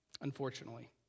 unfortunately